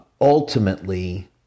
Ultimately